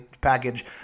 package